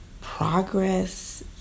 progress